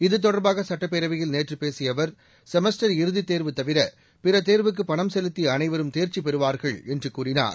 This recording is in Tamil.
இத்தொடர்பாக சுட்டப்பேரவையில் நேற்று பேசிய அவர் செமஸ்டர் இறுதித் தேர்வு தவிர பிற தேர்வுக்கு பணம் செலுத்திய அனைவரும் தேர்ச்சி பெறுவார்கள் என்று கூறினார்